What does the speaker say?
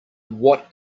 what